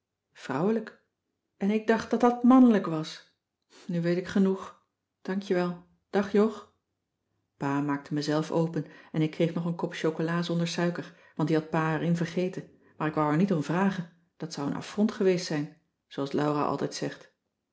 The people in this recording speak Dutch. vrouwlijk en ik dacht dat dat mannelijk was nu weet ik genoeg dank je wel dag jog pa maakte me zelf open en ik kreeg nog een kop chocola zonder suiker want die had pa er in vergeten maar ik wou er niet om vragen dat zou n affront geweest zijn zooals laura altijd zegt